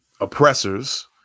oppressors